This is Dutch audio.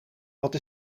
wat